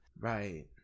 Right